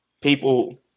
people